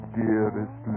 dearest